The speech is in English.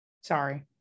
Sorry